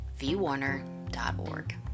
vwarner.org